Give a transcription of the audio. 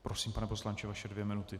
Prosím, pane poslanče, vaše dvě minuty.